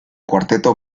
cuarteto